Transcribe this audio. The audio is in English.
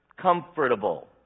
comfortable